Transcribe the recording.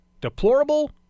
Deplorable